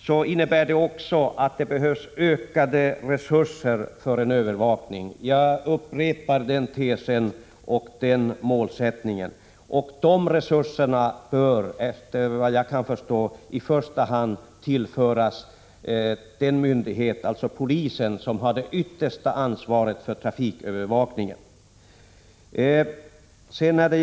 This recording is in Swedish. Jag vill upprepa att man för att få trafikanterna att känna sig observerade måste satsa ökade resurser på övervakningen. De resurserna bör, efter vad jag kan förstå, tillföras i första hand den myndighet som har det yttersta ansvaret för trafikövervakningen, nämligen polisen.